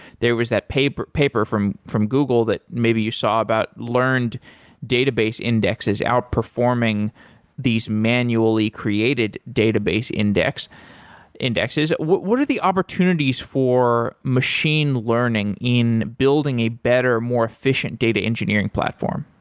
there was that paper paper from from google that maybe you saw about learned database indexes outperforming these manually created database indexes. what what are the opportunities for machine learning in building a better, more efficient data engineering platform?